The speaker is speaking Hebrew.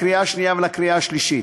לקריאה שנייה ולקריאה שלישית.